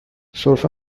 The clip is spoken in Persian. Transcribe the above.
سرفه